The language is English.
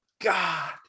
god